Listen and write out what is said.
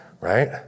right